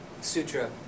sutra